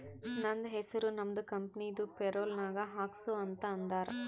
ನಂದ ಹೆಸುರ್ ನಮ್ದು ಕಂಪನಿದು ಪೇರೋಲ್ ನಾಗ್ ಹಾಕ್ಸು ಅಂತ್ ಅಂದಾರ